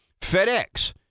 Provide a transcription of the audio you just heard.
FedEx